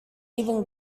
even